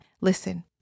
Listen